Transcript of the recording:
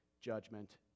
judgment